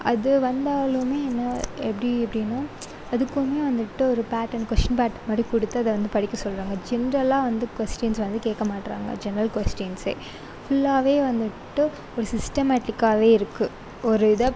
அது வந்தாலும் என்ன எப்படி அப்படீன்னா அதுக்கும் வந்துவிட்டு ஒரு பேட்டர்ன் கொஷின் பேட்டர்ன் மாதிரி கொடுத்து அதை வந்து படிக்க சொல்கிறாங்க ஜென்ரலாக வந்து கொஸ்டின்ஸ் வந்து கேட்க மாட்றாங்க ஜென்ரல் கொஸ்டின்ஸே ஃபுல்லாகவே வந்துவிட்டு ஒரு சிஸ்டமேட்டிக்காகவே இருக்கு ஒரு இதை